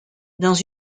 dans